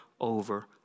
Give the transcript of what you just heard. over